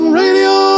radio